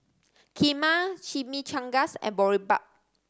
Kheema Chimichangas and Boribap